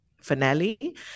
finale